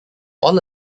all